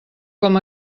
com